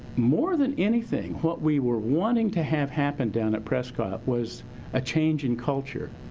more than anything, what we were wanting to have happen down at prescott was a change in culture.